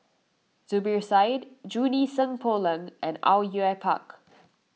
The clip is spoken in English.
Zubir Said Junie Sng Poh Leng and Au Yue Pak